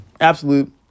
Absolute